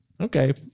Okay